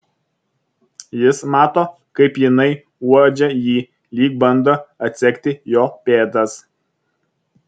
jis mato kaip jinai uodžia jį lyg bando atsekti jo pėdas